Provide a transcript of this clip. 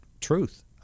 truth